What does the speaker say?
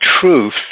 truth